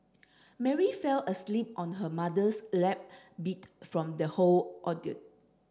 Mary fell asleep on her mother's lap beat from the whole ordeal